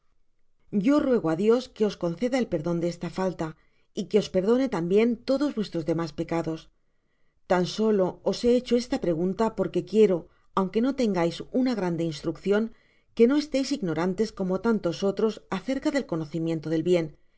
yo ruego á dios que os conceda el perdon de esta falta y que os perdone tambien todos vuestros demas pecados tan solo os he hecho esta pregunta porque quiero aunque no tengais una grandeinslruccion que no esteis ignorantes como tantos otros acerca del conocimiento del bien